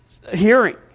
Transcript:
hearing